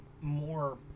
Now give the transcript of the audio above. more